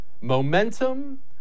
Momentum